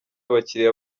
abakiriya